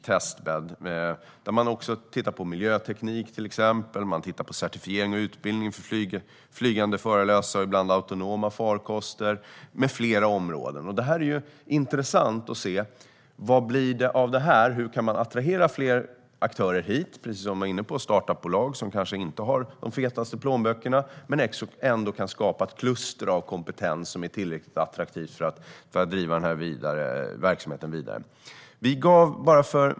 Man tittar bland annat på miljöteknik och på certifiering och utbildning för flygande förarlösa och ibland autonoma farkoster. Det är intressant att se vad det blir av det här. Hur kan man attrahera fler aktörer hit, till exempel startup-bolag som vi var inne på och som kanske inte har de fetaste plånböckerna men ändå kan skapa ett kluster av kompetens som är tillräckligt attraktivt för att driva den här verksamheten vidare?